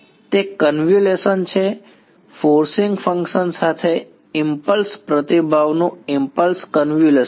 તે કન્વ્યુલેશન છે forcing function સાથે ઇમ્પલ્સ પ્રતિભાવનું ઇમ્પલ્સ કન્વ્યુલેશન છે